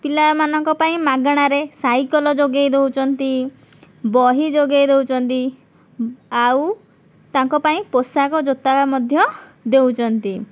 ପିଲାମାନଙ୍କ ପାଇଁ ମାଗଣାରେ ସାଇକେଲ ଯୋଗାଇ ଦେଉଛନ୍ତି ବହି ଯୋଗାଇ ଦେଉଛନ୍ତି ଆଉ ତାଙ୍କ ପାଇଁ ପୋଷାକ ଜୋତା ବା ମଧ୍ୟ ଦେଉଛନ୍ତି